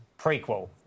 prequel